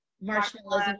marshmallows